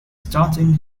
starting